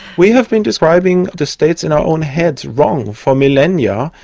we have been describing the states in our own head wrong for millennia.